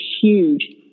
huge